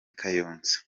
kayonza